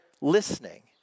listening